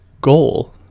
goal